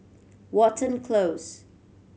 Watten Close